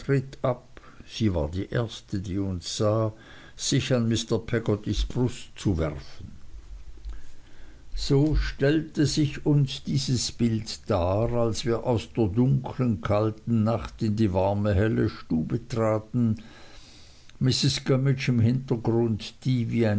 sie war die erste die uns sah sich an mr peggottys brust zu werfen so stellte sich uns dieses bild dar als wir aus der dunklen kalten nacht in die warme helle stube traten mit mrs gummidge im hintergrund die wie